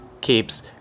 keeps